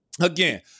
Again